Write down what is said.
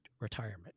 retirement